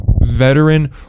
veteran